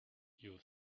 you